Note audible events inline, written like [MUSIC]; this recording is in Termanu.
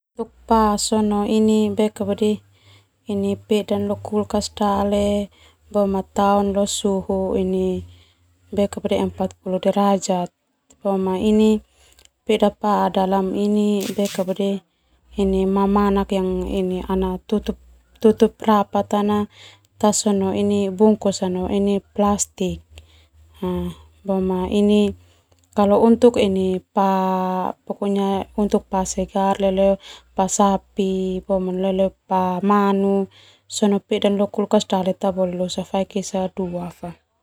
Pa sona ini [HESITATION] peda lo kulkas dale tao suhu empat puluh derajat tao neu mamanak mantutup rapat tasona bungkus bru plastik. Kalo untuk pa segar, leo pa sapi, no pa manu, peda lo kulkas dale tabole lenak neme faik esa dua fa.